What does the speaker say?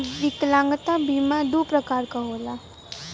विकलागंता बीमा दू प्रकार क होला